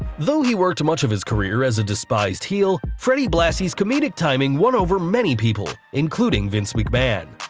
though he worked much of his career as a despised heel, freddie blassie's comedic timing won over many people, including vince mcmahon.